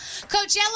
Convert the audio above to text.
Coachella